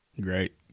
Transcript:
Great